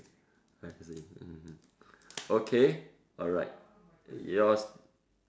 I see mm okay alright yours